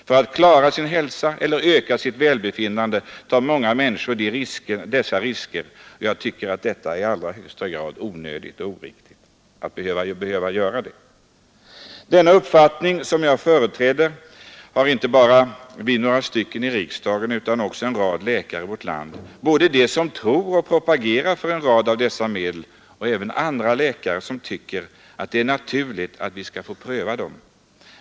För att klara sin hälsa eller öka sitt välbefinnande tar många människor dessa risker. Jag tycker att detta är i allra högsta grad onödigt och oriktigt. Den uppfattning som jag företräder har inte bara vi, några ledamöter av riksdagen, utan också en rad läkare i vårt land, både de som tror på och propagerar för en rad av dessa läkemedel och de som tycker att det är naturligt att vi skall få pröva dem.